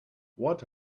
what